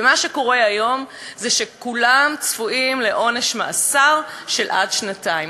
ומה שקורה היום זה שכולם צפויים לעונש מאסר עד שנתיים,